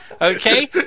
Okay